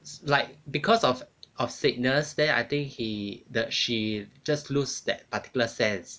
like because of of sickness then I think he the she just lose that particular sense